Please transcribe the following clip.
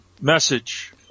message